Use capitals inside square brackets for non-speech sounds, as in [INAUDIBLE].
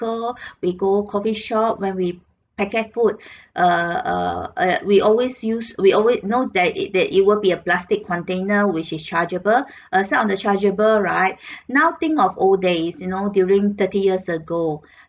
[BREATH] we go coffee shop when we packet food [BREATH] err err err we always use we always know that it that it will be a plastic container which is chargeable [BREATH] aside on the chargeable right [BREATH] now think of old days you know during thirty years ago